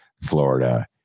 Florida